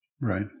Right